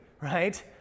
right